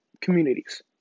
communities